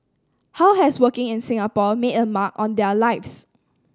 how has working in Singapore made a mark on their lives